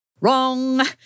Wrong